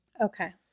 Okay